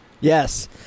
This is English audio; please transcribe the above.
Yes